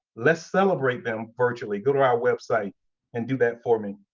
let's celebrate them virtually. go to our website and do that for me.